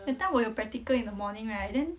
that time 我有 practical in the morning right then